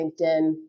LinkedIn